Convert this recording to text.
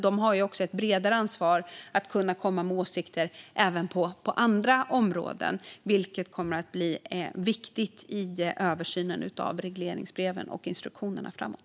De har också ett bredare ansvar att komma med åsikter även på andra områden, vilket kommer att bli viktigt i översynen av regleringsbreven och instruktionerna framåt.